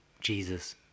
Jesus